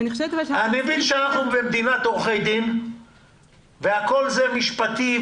אני מבין שאנחנו במדינת עורכי דין והכול הוא משפטי.